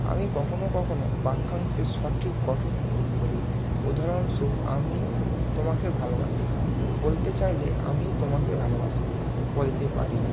আমি কখনও কখনও বাক্যাংশের সঠিক গঠন ভুল করি উদাহরণ স্বরূপ আমি তোমাকে ভালোবাসি বলতে চাইলে আমি তোমাকে ভালোবাসি বলতে পারি